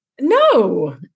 No